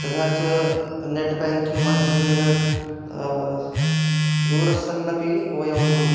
तथा च net banking माध्यमेन दूरस्सन्नपि वयम्